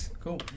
Cool